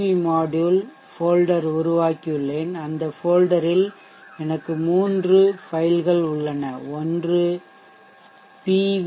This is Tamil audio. வி மாட்யூல் ஃபோல்டர் உருவாக்கியுள்ளேன் அந்த ஃபோல்டர் ல் எனக்கு மூன்று ஃபைல்கள் உள்ளன ஒன்று பிவி